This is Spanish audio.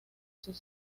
sus